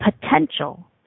potential